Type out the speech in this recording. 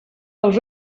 dels